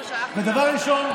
דבר ראשון,